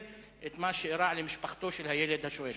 את מה שאירע למשפחתו של הילד השואל.